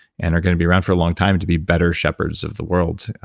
and are gonna be around for a long time to be better shepherds of the world,